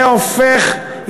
זה הופך,